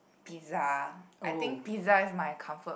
pizza I think pizza is my comfort